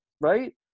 right